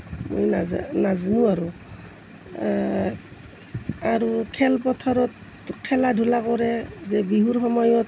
নাজা নাজানো আৰু আৰু খেলপথাৰত খেলা ধূলা কৰে যে বিহুৰ সময়ত